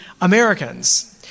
Americans